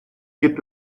gibt